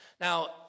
Now